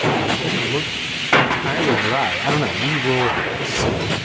i mean it doesn't look entirely dry. i don't know, we will see.